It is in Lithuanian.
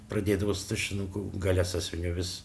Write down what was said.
pradėdavau su tušinuku gale sąsiuvinio vis